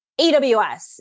AWS